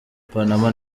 panama